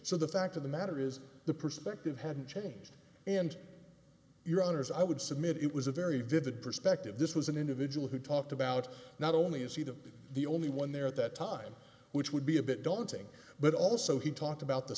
so the fact of the matter is the perspective hadn't changed and your honour's i would submit it was a very vivid perspective this was an individual who talked about not only is he the the only one there at that time which would be a bit daunting but also he talked about the